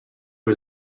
was